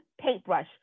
paintbrush